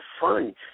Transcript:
fun